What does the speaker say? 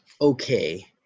okay